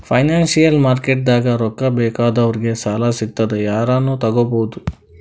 financial ಮಾರ್ಕೆಟ್ದಾಗ್ ರೊಕ್ಕಾ ಬೇಕಾದವ್ರಿಗ್ ಸಾಲ ಸಿಗ್ತದ್ ಯಾರನು ತಗೋಬಹುದ್